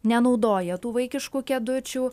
nenaudoja tų vaikiškų kėdučių